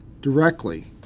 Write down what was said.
directly